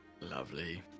lovely